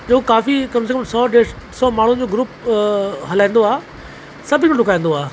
जेको काफ़ी कम से कम सौ डेढ सौ माण्हुनि जो ग्रूप हलाईंदो आहे सभिनि खे ॾुकाईंदो आहे